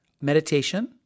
meditation